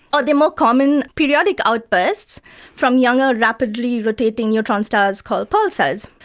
or the more common periodic outbursts from younger rapidly rotating neutron stars called pulsars.